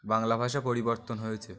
বাংলা ভাষা পরিবর্তন হয়েছে